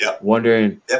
wondering